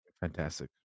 Fantastic